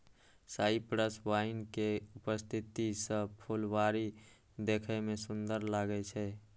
cypress wine के उपस्थिति सं फुलबाड़ी देखै मे सुंदर लागै छै